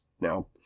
Now